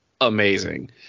amazing